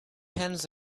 hens